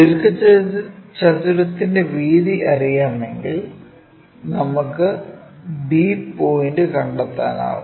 ദീർഘചതുരത്തിന്റെ വീതി അറിയാമെങ്കിൽ നമുക്ക് b പോയിന്റ് കണ്ടെത്താനാകും